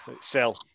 Sell